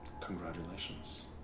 Congratulations